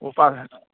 उपास